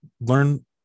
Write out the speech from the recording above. learn